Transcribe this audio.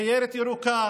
סיירת ירוקה